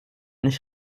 nicht